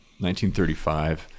1935